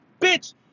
bitch